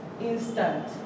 Instant